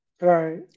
Right